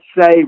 say